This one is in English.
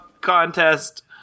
contest